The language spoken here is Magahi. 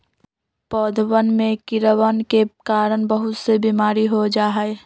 पौधवन में कीड़वन के कारण बहुत से बीमारी हो जाहई